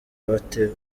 bate